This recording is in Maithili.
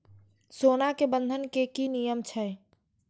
सोना के बंधन के कि नियम छै?